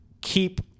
keep